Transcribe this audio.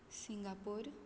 Singapore